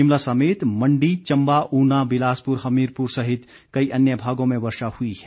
शिमला समेत मंडी चम्बा ऊना बिलासपुर हमीरपुर सहित कई अन्य भागों में वर्षा हुई है